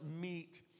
meet